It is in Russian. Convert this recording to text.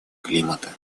климата